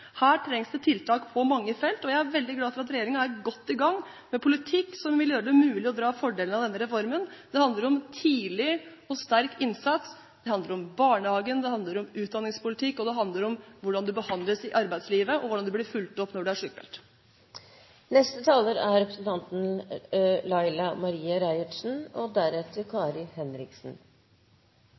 Her trengs det tiltak på mange felt, og jeg er veldig glad for at regjeringen er godt i gang med en politikk som vil gjøre det mulig å dra fordeler av denne reformen. Det handler om tidlig og sterk innsats, det handler om barnehage, det handler om utdanningspolitikk, det handler om hvordan man behandles i arbeidslivet, og om hvordan man blir fulgt opp når man er sykmeldt. Det skal løna seg å arbeida. Framstegspartiet er